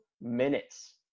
minutes